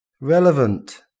relevant